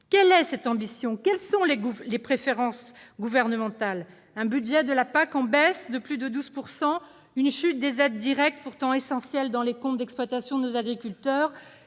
Quelles sont ces ambitions et ces préférences gouvernementales ? Un budget de la PAC en baisse de plus de 12 %? Une chute des aides directes, pourtant essentielles dans les comptes d'exploitation de nos agriculteurs